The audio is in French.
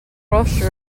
proche